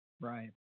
Right